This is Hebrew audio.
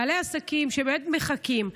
בעלי העסקים בעצם מחכים.